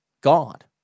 God